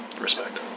respect